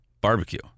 barbecue